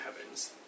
heavens